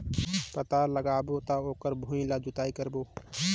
पातल लगाबो त ओकर भुईं ला जोतई करबो?